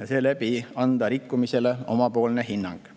ja seeläbi anda rikkumisele omapoolne hinnang.